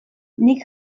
nik